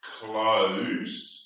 closed